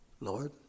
Lord